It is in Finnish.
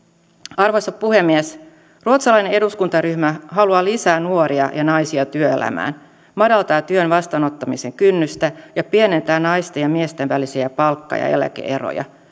arvoisa puhemies ruotsalainen eduskuntaryhmä haluaa lisää nuoria ja naisia työelämään madaltaa työn vastaanottamisen kynnystä ja pienentää naisten ja miesten välisiä palkka ja eläke eroja